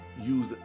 use